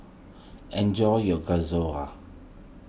enjoy your